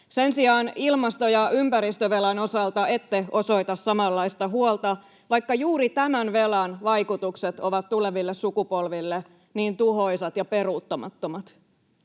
Sen sijaan ilmasto- ja ympäristövelan osalta ette osoita samanlaista huolta, vaikka juuri tämän velan vaikutukset ovat tuleville sukupolville niin tuhoisat ja peruuttamattomat.